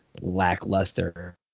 lackluster